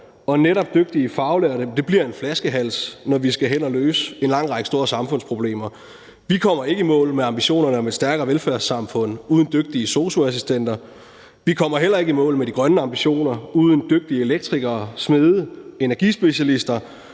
og netop dygtige faglærte bliver en flaskehals, når vi skal hen og løse en lang række store samfundsproblemer. Vi kommer ikke i mål med ambitionerne om et stærkere velfærdssamfund uden dygtige sosu-assistenter. Vi kommer heller ikke i mål med de grønne ambitioner uden dygtige elektrikere, smede og energispecialister,